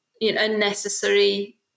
unnecessary